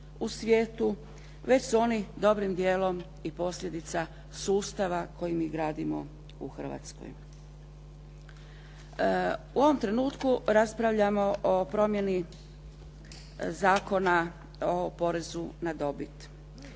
već su oni dobrim djelom i posljedica sustava koji mi gradimo u Hrvatskoj. U ovom trenutku raspravljamo o promjeni Zakona o porezu na dobit.